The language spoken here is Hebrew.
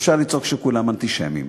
אפשר לצעוק שכולם אנטישמים,